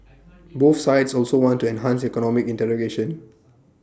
both sides also want to enhance economic integration